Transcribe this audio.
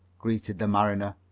greeted the mariner.